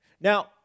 Now